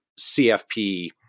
CFP